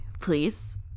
please